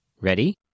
Ready